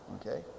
Okay